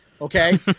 okay